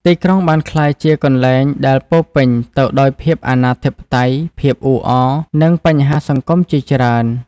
ទីក្រុងបានក្លាយជាកន្លែងដែលពោរពេញទៅដោយភាពអនាធិបតេយ្យ ភាពអ៊ូអរ និងបញ្ហាសង្គមជាច្រើន។